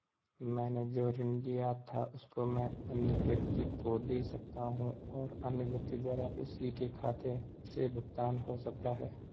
मैंने जो ऋण लिया था उसको मैं अन्य व्यक्ति को दें सकता हूँ और अन्य व्यक्ति द्वारा उसी के खाते से भुगतान हो सकता है?